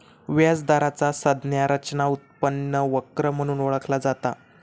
व्याज दराचा संज्ञा रचना उत्पन्न वक्र म्हणून ओळखला जाता